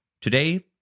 Today